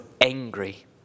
angry